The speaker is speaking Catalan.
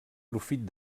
profit